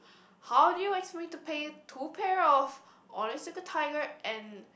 how do you expect me to pay two pair of Onitsuka-Tiger and